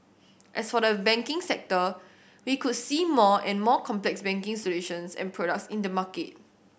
as for the banking sector we could see more and more complex banking solutions and products in the market